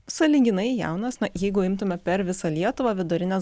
sąlyginai jaunas na jeigu imtume per visą lietuvą vidurinės